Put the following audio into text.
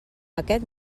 aquest